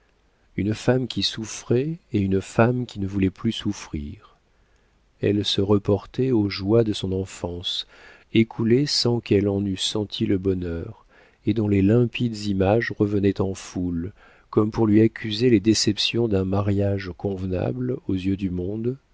une femme qui souffrait et une femme qui ne voulait plus souffrir elle se reportait aux joies de son enfance écoulée sans qu'elle en eût senti le bonheur et dont les limpides images revenaient en foule comme pour lui accuser les déceptions d'un mariage convenable aux yeux du monde